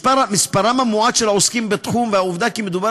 מספרם המועט של העוסקים בו והעובדה שמדובר